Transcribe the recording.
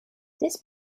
this